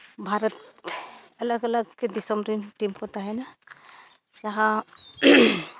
ᱵᱷᱟᱨᱚᱛ ᱟᱞᱟᱜᱽ ᱟᱞᱟᱜᱽ ᱫᱤᱥᱚᱢ ᱨᱮᱱ ᱴᱤᱢ ᱠᱚ ᱛᱟᱦᱮᱱᱟ ᱡᱟᱦᱟᱸ